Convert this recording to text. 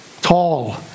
tall